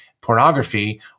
pornography